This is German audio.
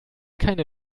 keine